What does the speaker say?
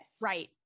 Right